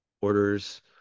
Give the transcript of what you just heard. orders